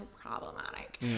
problematic